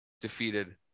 defeated